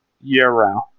year-round